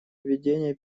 ведения